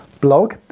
blog